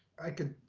i could,